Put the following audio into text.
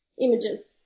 images